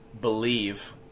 believe